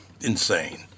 insane